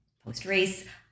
post-race